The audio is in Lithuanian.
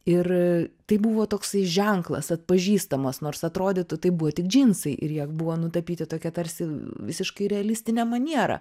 ir tai buvo toksai ženklas atpažįstamas nors atrodytų tai buvo tik džinsai ir jie buvo nutapyti tokia tarsi visiškai realistine maniera